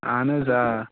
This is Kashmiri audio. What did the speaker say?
اَہن حظ آ